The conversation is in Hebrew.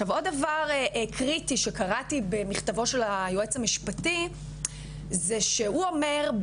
עכשיו עוד דבר קריטי שקראתי במכתבו של היועץ המשפטי זה שהוא אומר,